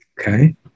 Okay